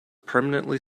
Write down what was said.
permanently